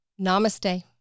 namaste